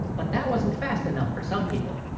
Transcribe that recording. but that wasn't fast enough for some people.